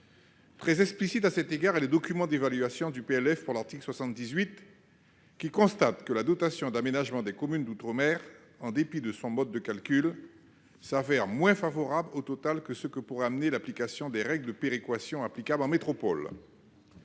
Très explicite à cet égard est le document d'évaluation du PLF pour l'article 78, qui constate que la dotation d'aménagement des communes d'outre-mer, la Dacom, en dépit de son mode de calcul, se révèle moins favorable au total que ce que pourrait amener l'application des règles de péréquation applicables en métropole.